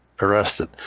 arrested